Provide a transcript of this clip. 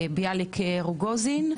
בביאליק רוגוזין,